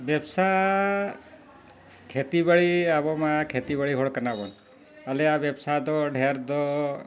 ᱵᱮᱵᱽᱥᱟ ᱠᱷᱮᱛᱤ ᱵᱟᱹᱲᱤ ᱟᱵᱚ ᱢᱟ ᱠᱷᱮᱛᱤ ᱵᱟᱹᱲᱤ ᱦᱚᱲ ᱠᱟᱱᱟᱵᱚᱱ ᱟᱞᱮᱭᱟᱜ ᱵᱮᱵᱽᱥᱟ ᱫᱚ ᱰᱷᱮᱨ ᱫᱚ